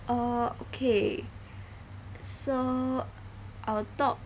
uh okay so I'll talk